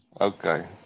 Okay